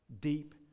deep